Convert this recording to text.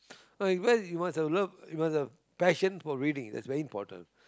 no because you must have love you must have passion for reading that's very important